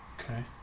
Okay